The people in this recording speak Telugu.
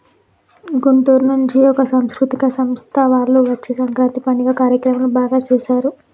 గుంటూరు నుంచి ఒక సాంస్కృతిక సంస్థ వాళ్ళు వచ్చి సంక్రాంతి పండుగ కార్యక్రమాలు బాగా సేశారు